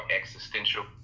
Existential